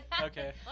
Okay